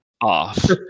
off